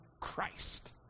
Christ